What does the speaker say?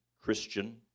Christian